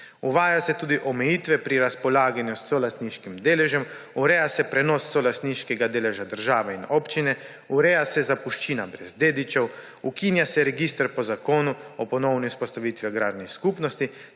Uvajajo se tudi omejitve pri razpolaganju s solastniškim deležem, ureja se prenos solastniškega deleža države in občine, ureja se zapuščina brez dedičev, ukinja se register po zakonu o ponovni vzpostavitvi agrarnih skupnosti